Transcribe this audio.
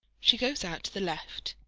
she goes out to the left,